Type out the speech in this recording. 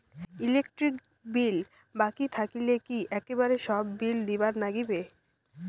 Electric bill বাকি থাকিলে কি একেবারে সব বিলে দিবার নাগিবে?